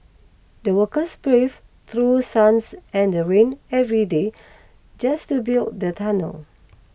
the workers brave through sun and rain every day just to build the tunnel